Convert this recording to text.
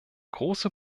große